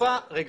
שניה.